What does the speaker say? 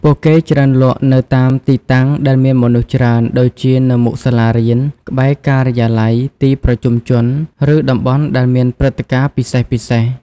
ពួកគេច្រើនលក់នៅតាមទីតាំងដែលមានមនុស្សច្រើន ដូចជានៅមុខសាលារៀន ក្បែរការិយាល័យ ទីប្រជុំជន ឬតំបន់ដែលមានព្រឹត្តិការណ៍ពិសេសៗ។